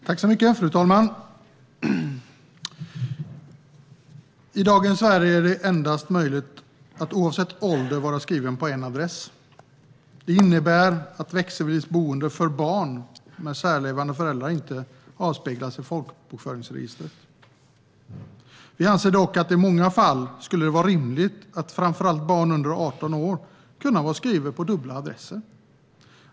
Fru talman! I dagens Sverige är det, oavsett ålder, endast möjligt att vara skriven på en adress. Det innebär att växelvis boende för barn med särlevande föräldrar inte avspeglas i folkbokföringsregistret. Vi anser dock att det i många fall skulle vara rimligt för i alla fall barn under 18 år att vara skrivna på dubbla adresser.